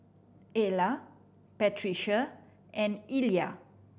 Ayla Patricia and Illya